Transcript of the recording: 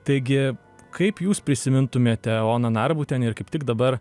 taigi kaip jūs prisimintumėte oną narbutienę ir kaip tik dabar